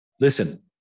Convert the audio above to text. Listen